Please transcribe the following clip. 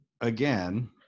again